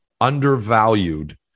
undervalued